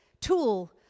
tool